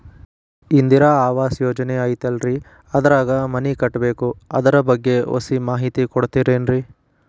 ಇಂದಿರಾ ಆವಾಸ ಯೋಜನೆ ಐತೇಲ್ರಿ ಅದ್ರಾಗ ಮನಿ ಕಟ್ಬೇಕು ಅದರ ಬಗ್ಗೆ ಒಸಿ ಮಾಹಿತಿ ಕೊಡ್ತೇರೆನ್ರಿ?